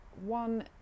one